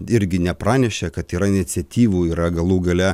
irgi nepranešė kad yra iniciatyvų yra galų gale